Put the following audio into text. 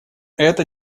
это